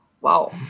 wow